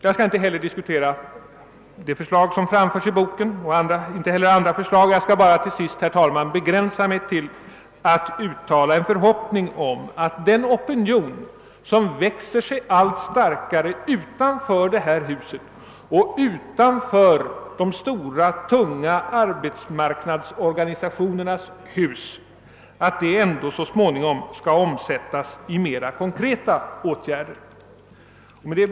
Jag skall emellertid inte närmare gå in på de förslag som framförts i boken eller andra förslag, utan jag inskränker mig till att uttala en förhoppning om att den opinion som växer sig allt starkare utanför detta hus och utanför de tunga arbetsmarknadsorganisationernas hus ändå så småningom skall omsättas i mera konkreta åtgärder.